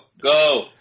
go